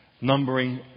numbering